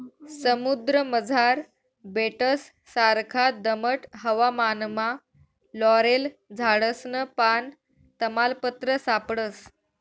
समुद्रमझार बेटससारखा दमट हवामानमा लॉरेल झाडसनं पान, तमालपत्र सापडस